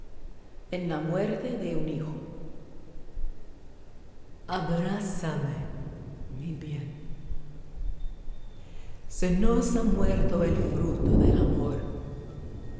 en la muerte de un hijo abrázame mi bien se nos ha muerto el fruto del amor